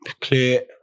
Clear